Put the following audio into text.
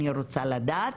אני רוצה לדעת.